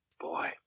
Boy